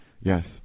Yes